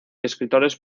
escritores